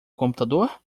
computador